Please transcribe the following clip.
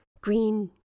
green